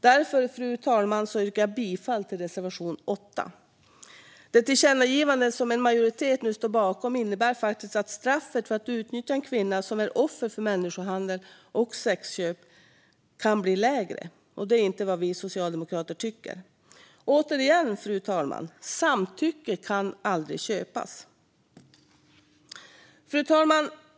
Därför, fru talman, yrkar jag bifall till reservation 8. Det förslag om tillkännagivande som en majoritet nu står bakom innebär faktiskt att straffet för att utnyttja en kvinna som är offer för människohandel och sexköp kan bli lägre. Det är inte vad vi socialdemokrater tycker. Återigen, fru talman: Samtycke kan aldrig köpas. Fru talman!